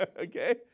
Okay